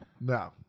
No